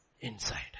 inside